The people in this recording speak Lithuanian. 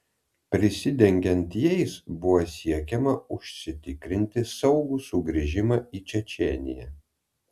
prisidengiant jais buvo siekiama užsitikrinti saugų sugrįžimą į čečėniją